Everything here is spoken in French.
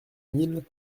mille